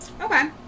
Okay